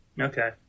okay